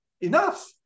enough